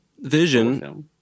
Vision